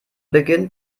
beginnt